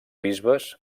bisbes